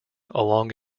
along